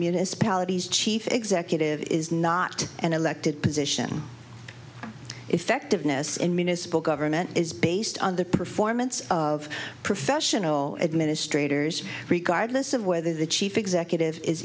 municipalities chief executive is not an elected position effectiveness in municipal government is based on the performance of professional administrators regardless of whether the chief executive is